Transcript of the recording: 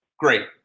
great